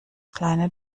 kleine